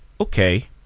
okay